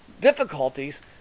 difficulties